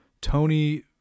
Tony